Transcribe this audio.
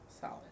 Solid